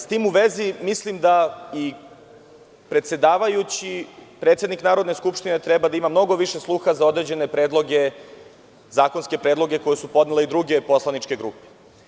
S tim u vezi, mislim da i predsedavajući, predsednik Narodne skupštine treba da ima mnogo više sluha za određene predloge, zakonske predloge koje su podnele i druge poslaničke grupe.